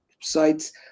sites